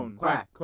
quack